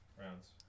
rounds